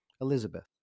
Elizabeth